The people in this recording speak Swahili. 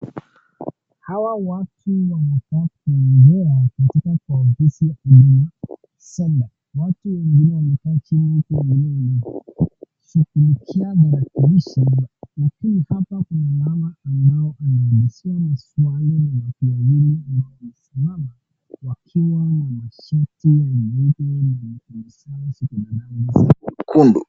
Hawa watu wanakaa kuongea katika kwa ofisi watu wengine wamekaa chini huku wengine wanashughulikia lakini hapa Kuna mama ambao anaongea maswali mawili na amesimama wakiwa na masharti.